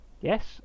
yes